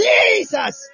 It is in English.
Jesus